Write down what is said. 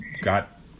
got